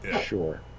Sure